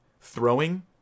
throwing